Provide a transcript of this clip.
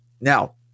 Now